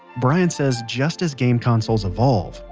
brian says just as games consoles evolve,